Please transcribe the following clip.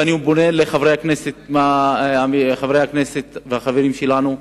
ואני פונה אל חברי הכנסת ואל החברים שלנו: